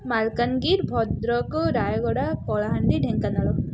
Malkangiri Bhadrak Rayagada Kalahandi Dhenkanal